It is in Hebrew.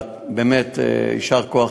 באמת יישר כוח.